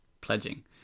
pledging